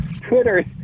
Twitter